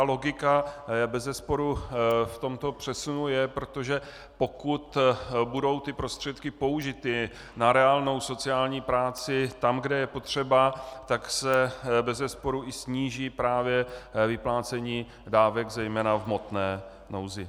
Logika bezesporu v tomto přesunu je, protože pokud budou ty prostředky použity na reálnou sociální práci tam, kde je potřeba, tak se bezesporu i sníží právě vyplácení dávek zejména v hmotné nouzi.